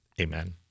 Amen